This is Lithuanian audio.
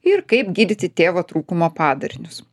ir kaip gydyti tėvo trūkumo padarinius